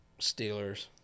Steelers